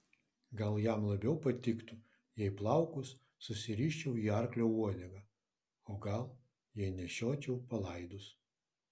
gal jam labiau patiktų jei plaukus susiriščiau į arklio uodegą o gal jei nešiočiau palaidus